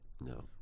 No